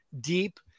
deep